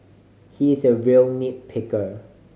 he is a real nit picker